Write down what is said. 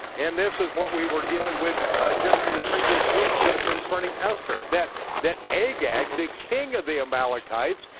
and this is what we were dealing with just in the previous weeks ah concerning esther, that that agag, the king of the amalekites,